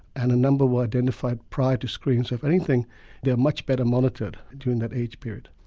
and a number were identified prior to screening, so if anything they are much better monitored during that age period.